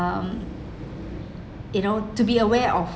um you know to be aware of